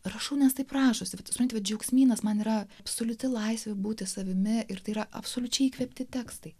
rašau nes taip rašosi vat supranti vat džiaugsmynas man yra absoliuti laisvė būti savimi ir tai yra absoliučiai įkvėpti tekstai